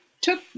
took